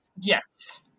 Yes